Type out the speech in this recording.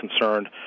concerned